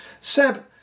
Seb